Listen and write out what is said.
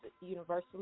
universally